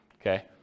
Okay